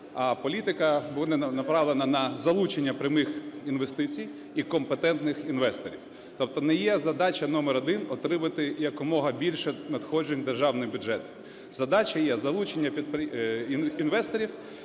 а політика буде направлена на залучення прямих інвестицій і компетентних інвесторів. Тобто не є задача номер один отримати якомога більше надходжень в державний бюджет. Задача є залучення інвесторів,